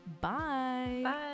Bye